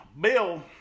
Bill